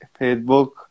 Facebook